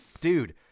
Dude